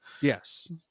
Yes